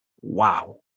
wow